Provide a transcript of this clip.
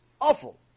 Awful